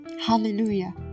hallelujah